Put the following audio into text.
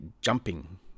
jumping